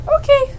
Okay